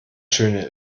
schöne